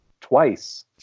twice